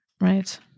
Right